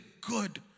good